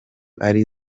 ari